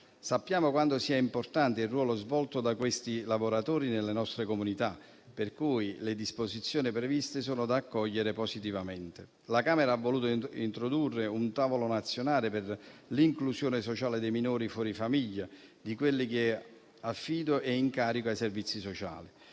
Sappiamo quanto sia importante il ruolo svolto da questi lavoratori nelle nostre comunità, per cui le disposizioni previste sono da accogliere positivamente. La Camera ha voluto introdurre un tavolo nazionale per l'inclusione sociale dei minori fuori famiglia, di quelli in affido e in carico ai servizi sociali: